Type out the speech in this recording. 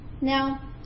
now